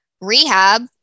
rehab